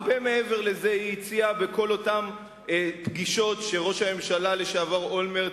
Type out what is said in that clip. הרבה מעבר לזה היא הציעה בכל אותן פגישות שראש הממשלה לשעבר אולמרט,